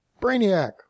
Brainiac